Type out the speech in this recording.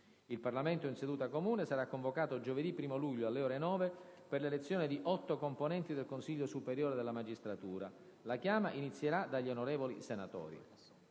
Il Parlamento in seduta comune sarà convocato giovedì 1° luglio, alle ore 9, per l'elezione di 8 componenti del Consiglio superiore della magistratura. La chiama inizierà dagli onorevoli senatori.